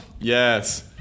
Yes